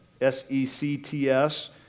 S-E-C-T-S